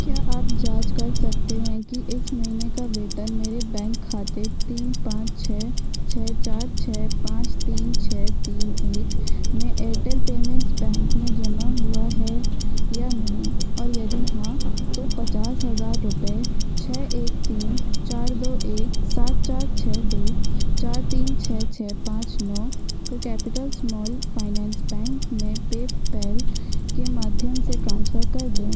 क्या आप जाँच कर सकते हैं कि इस महीने का वेतन मेरे बैंक खाते तीन पाँच छः छः चार छः पाँच तीन छः तीन एक में एयरटेल पेमेंट्स बैंक में जमा हुआ है या नहीं और यदि हाँ तो पचास हज़ार रुपये छः एक तीन चार दो एक सात चार छः दो चार तीन छः छः पाँच नौ को कैपिटल स्माल फ़ाइनेंस बैंक में पेपैल के माध्यम से ट्रांसफ़र कर दें